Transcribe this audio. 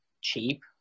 cheap